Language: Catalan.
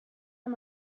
amb